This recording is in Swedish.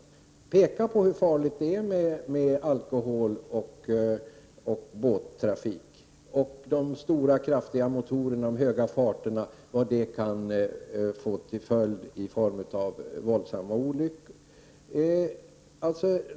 Vi måste framhålla hur farlig kombinationen alkohol och båttrafik är och vilka följder i form av våldsamma olyckor de kraftiga motorerna och höga farterna kan få.